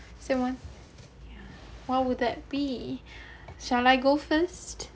so what what would that be shall I go first